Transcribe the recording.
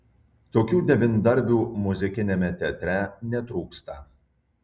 tokių devyndarbių muzikiniame teatre netrūksta